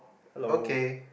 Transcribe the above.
okay